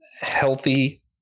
healthy